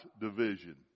division